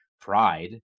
pride